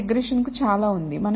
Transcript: కాబట్టి రిగ్రెషన్ కు చాలా ఉంది